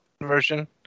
version